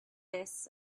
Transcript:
this